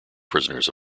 prisoners